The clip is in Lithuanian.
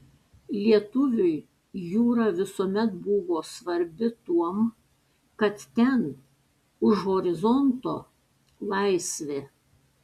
lietuviui jūra visuomet buvo svarbi tuom kad ten už horizonto laisvė